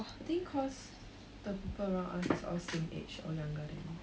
I think cause the people around us is all same age or younger than